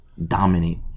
dominate